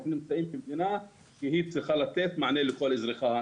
נמצאים במדינה שהיא צריכה לתת מענה לכל אזרחיה.